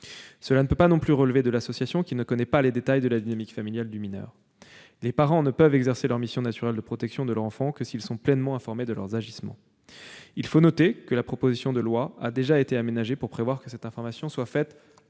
Cela ne peut pas non plus relever de l'association, qui ne connaît pas les détails de la dynamique familiale du mineur. Les parents ne peuvent exercer leur mission de protection de leur enfant que s'ils sont pleinement informés de ses agissements. Il faut noter que la proposition de loi a déjà été aménagée pour prévoir que cette information soit faite